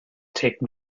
take